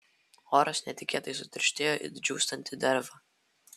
oras netikėtai sutirštėjo it džiūstanti derva